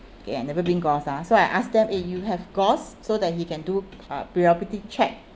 okay I never bring gauze ah so I asked them eh you have gauze so that he can do uh preoperative check